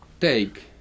take